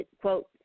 quote